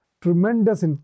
tremendous